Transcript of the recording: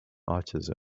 autism